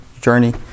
journey